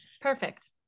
perfect